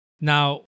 Now